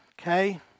okay